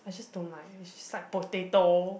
I just don't like it's just like potato